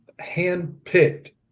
handpicked